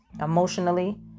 emotionally